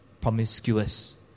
promiscuous